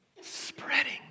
spreading